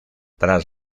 tras